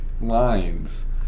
lines